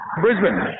Brisbane